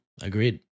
agreed